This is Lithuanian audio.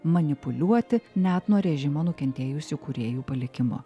manipuliuoti net nuo režimo nukentėjusių kūrėjų palikimu